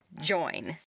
join